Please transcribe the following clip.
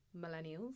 millennials